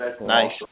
Nice